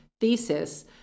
thesis